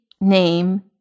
name